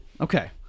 okay